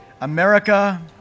America